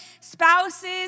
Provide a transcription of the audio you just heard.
Spouses